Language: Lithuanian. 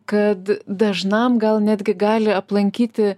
kad dažnam gal netgi gali aplankyti